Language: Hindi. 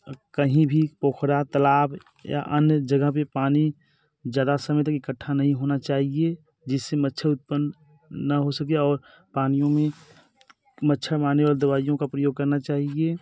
कहीं भी पोखरा तलाब या अन्य जगहों के पानी ज़्याादा समय तक इकट्ठा नहीं होना चाहिए जिससे मच्छर उत्पन्न ना हो सकें और पानियों में मच्छर मारने वाली दवाइयों का प्रयोग करना चाहिए